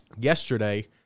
yesterday